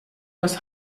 das